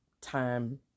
time